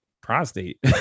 prostate